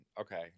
Okay